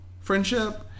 friendship